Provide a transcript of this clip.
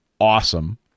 awesome